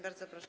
Bardzo proszę.